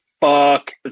fuck